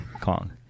Kong